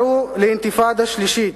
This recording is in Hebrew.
קראו לאינתיפאדה שלישית,